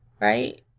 right